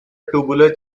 tubular